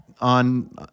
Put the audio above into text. on